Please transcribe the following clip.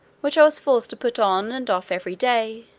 which i was forced to put on and off every day,